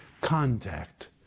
contact